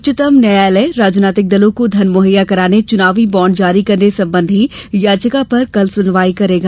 उच्चतम न्यायालय राजनीतिक दलों को धन मुहैया कराने चुनावी बॉड जारी करने संबंधी याचिका पर कल सुनवाई करेगा